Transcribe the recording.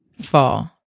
fall